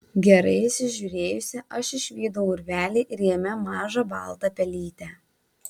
gerai įsižiūrėjusi aš išvydau urvelį ir jame mažą baltą pelytę